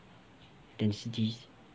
density